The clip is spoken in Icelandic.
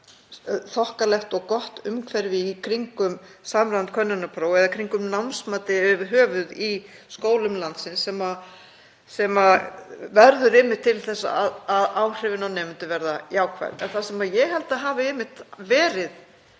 þokkalegt og gott umhverfi í kringum samræmd könnunarpróf eða kringum námsmatið yfir höfuð í skólum landsins sem verður einmitt til þess að áhrifin á nemendur verða jákvæð. Það sem ég held að hafi einmitt verið